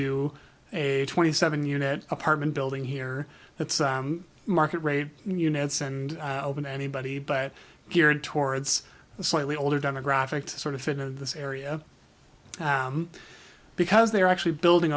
do a twenty seven unit apartment building here that's market rate units and been anybody but geared towards the slightly older demographic to sort of fit into this area because they are actually building